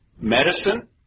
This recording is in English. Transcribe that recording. Medicine